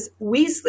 Weasley